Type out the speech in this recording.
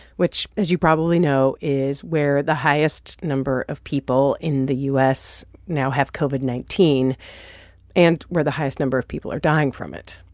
which, as you probably know, is where the highest number of people in the u s. now have covid nineteen and where the highest number of people are dying from it.